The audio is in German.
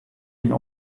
ihn